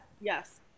Yes